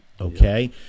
Okay